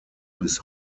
bis